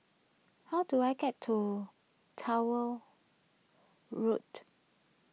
how do I get to Towner Road